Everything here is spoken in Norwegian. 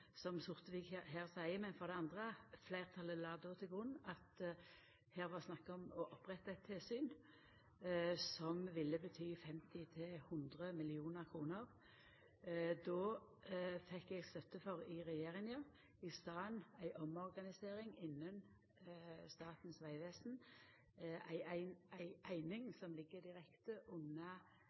som Sortevik seier her. For det andre la fleirtalet til grunn at det var snakk om å oppretta eit tilsyn som ville bety 50–100 mill. kr. Då fekk eg i regjeringa i staden støtte for ei omorganisering innan Statens vegvesen, for ei eining som ligg direkte under